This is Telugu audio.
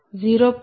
2 0